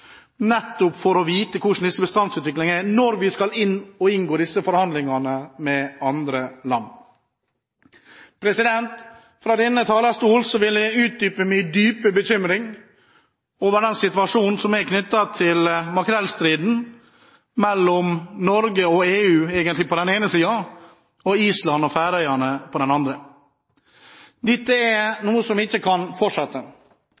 nettopp for å vite hvordan bestandsutviklingen er når vi skal inngå disse forhandlingene med andre land. Fra denne talerstolen vil jeg utdype min dype bekymring over den situasjonen som er knyttet til makrellstriden mellom Norge og EU, egentlig, på den ene siden, og Island og Færøyene på den andre. Dette er noe som ikke kan fortsette,